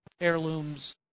heirlooms